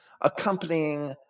accompanying